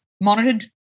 monitored